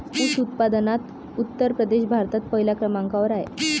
ऊस उत्पादनात उत्तर प्रदेश भारतात पहिल्या क्रमांकावर आहे